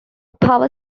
power